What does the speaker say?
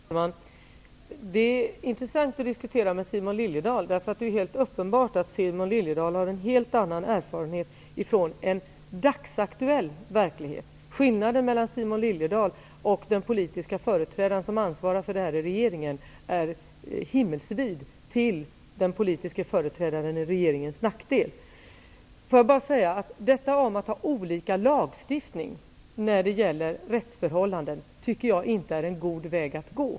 Herr talman! Det är intressant att diskutera med Simon Liliedahl. Det är helt uppenbart att Simon Liliedahl har erfarenhet från en dagsaktuell verklighet. Skillnaden mellan Simon Liliedahl och den politiske företrädare som ansvarar för detta i regeringen är himmelsvid, till regeringens politiske företrädares nackdel. Att ha olika lagstiftningar när det gäller rättsförhållanden tycker jag inte är en god väg att gå.